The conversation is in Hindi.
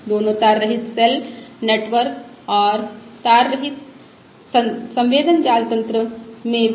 दोनों तार रहित सेल जाल तन्त्र और तार रहित संवेदन जाल तन्त्र में भी